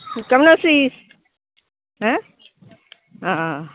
তুই কেমন আছিস হ্যাঁ ও